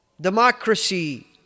democracy